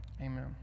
amen